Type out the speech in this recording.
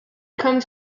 comes